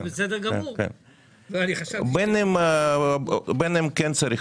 אבל אני חשבתי --- בין אם כן צריך